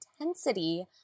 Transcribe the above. intensity